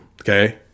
okay